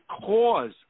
cause